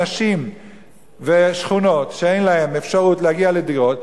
אנשים ושכונות שאין להם אפשרות להגיע לדירות,